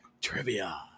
trivia